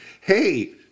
hey